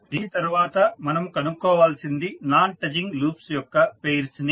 దీని తర్వాత మనము కనుక్కోవాల్సింది నాన్ టచింగ్ లూప్స్ యొక్క పెయిర్స్ ని